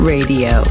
Radio